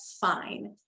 fine